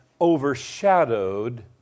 overshadowed